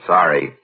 Sorry